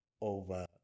over